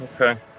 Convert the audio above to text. okay